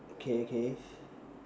okay okay